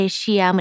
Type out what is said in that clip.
Asia